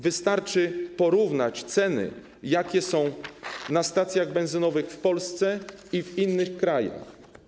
Wystarczy porównać ceny, jakie są na stacjach benzynowych w Polsce i w innych krajach.